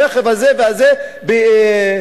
ברכב הזה והזה בעזה,